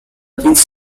pinch